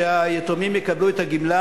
שהיתומים יקבלו את הגמלה.